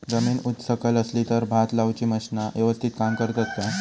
जमीन उच सकल असली तर भात लाऊची मशीना यवस्तीत काम करतत काय?